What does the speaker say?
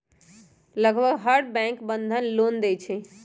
लगभग हर bank Bandhan loan देई छई